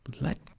Let